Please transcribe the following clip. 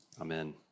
Amen